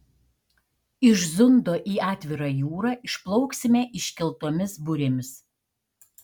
iš zundo į atvirą jūrą išplauksime iškeltomis burėmis